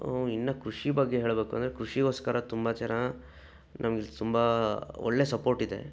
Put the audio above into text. ಇನ್ನು ಕೃಷಿ ಬಗ್ಗೆ ಹೇಳ್ಬೇಕಂದ್ರೆ ಕೃಷಿಗೋಸ್ಕರ ತುಂಬ ಜನ ನಮಗೆ ತುಂಬ ಒಳ್ಳೆಯ ಸಪೋರ್ಟ್ ಇದೆ